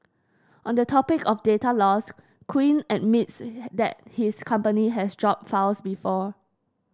on the topic of data loss Quinn admits that his company has dropped files before